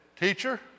Teacher